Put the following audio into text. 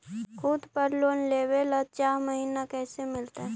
खूत पर लोन लेबे ल चाह महिना कैसे मिलतै?